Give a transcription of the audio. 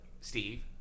Steve